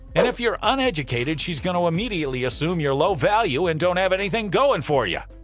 and if you're uneducated she's gonna immediately assume you're low value and don't have anything going for you.